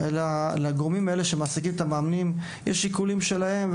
לגורמים שמעסיקים את המאמנים יש שיקולים משלהם,